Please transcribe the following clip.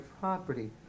property